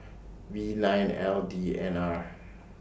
V nine L D N R